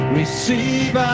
receive